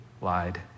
lied